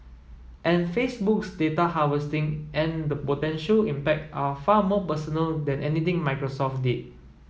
and Facebook's data harvesting and the potential impact are far more personal than anything Microsoft did